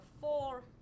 four